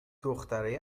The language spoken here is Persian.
دخترای